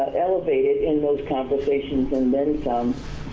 elevated in those conversations, and then some.